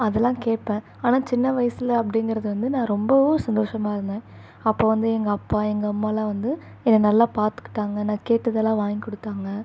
அதெல்லாம் கேட்பேன் ஆனால் சின்ன வயசில் அப்படிங்கறது வந்து நான் ரொம்பவும் சந்தோஷமாக இருந்தேன் அப்போது வந்து எங்கள் அப்பா எங்கள் அம்மாலாம் வந்து என்னை நல்லா பார்த்துக்கிட்டாங்க நான் கேட்டதெல்லாம் வாங்கி கொடுத்தாங்க